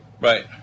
Right